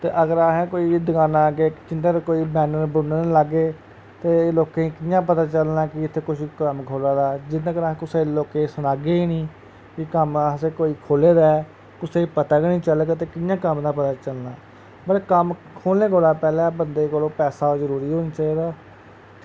ते अगर असैं कोई दुकानां अग्गें जिन्ने तकर कोई बैनर बुनर निं लागे ते लोकें कि'यां पता चलना कि इत्थै कुछ कम्म खोल्ले दा ऐ जिन्ने तकर अस कुसे लोके सनागे नेईं कि कम्म असैं कोई खोल्ले दा ऐ कुसै पता गै निं चलग ते कि'यां कम्म दा पता चलना पर कम्म खोल्लने कोला पैह्ले बंदे कोल पैसा जरूरी होना चाहिदा